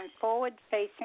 forward-facing